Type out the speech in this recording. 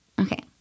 Okay